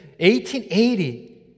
1880